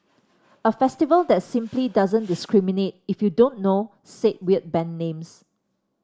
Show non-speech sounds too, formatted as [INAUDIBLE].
a festival that [NOISE] simply doesn't discriminate if you don't know said weird band names